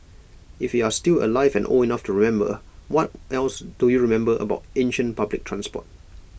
if you're still alive and old enough to remember what else do you remember about ancient public transport